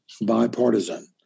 bipartisan